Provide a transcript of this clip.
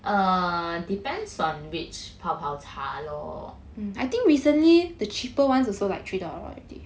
err depends on which 泡泡茶 lor